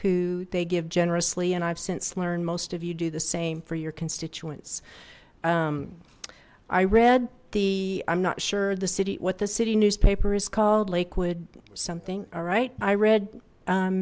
who they give generously and i've since learned most of you do the same for your constituents i read the i'm not sure the city the city newspaper is called lakewood something alright i read